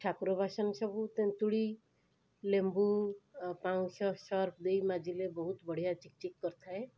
ଠାକୁର ବାସନ ସବୁ ତେନ୍ତୁଳି ଲେମ୍ବୁ ପାଉଁଶ ସର୍ପ ଦେଇ ମାଜିଲେ ବହୁତ ବଢ଼ିଆ ଚିକଚିକ କରିଥାଏ